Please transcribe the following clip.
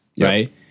Right